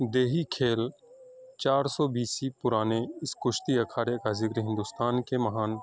دیہی کھیل چار سو بیسی پرانے اس کشتی اکھاڑے کا ذکر ہندوستان کے مہان